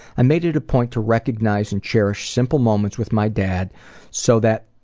i made it a point to recognize and cherish simple moments with my dad so that,